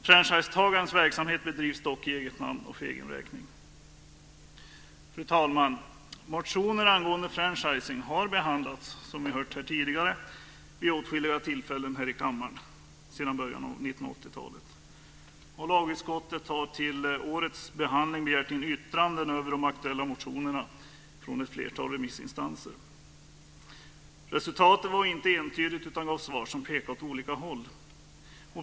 Franchisetagarens verksamhet bedrivs dock i eget namn och för egen räkning. Fru talman! Motioner angående franchising har behandlats, som vi har hört tidigare, vid åtskilliga tillfällen här i kammaren sedan början av 1980-talet. Lagutskottet har till årets behandling begärt in yttranden över de aktuella motionerna från ett flertal remissinstanser. Resultatet var inte entydigt utan gav svar som pekar åt olika håll.